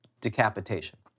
decapitation